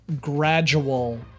gradual